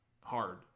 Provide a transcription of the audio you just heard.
hard